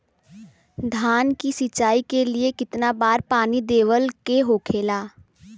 धान की सिंचाई के लिए कितना बार पानी देवल के होखेला?